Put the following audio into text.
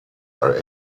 are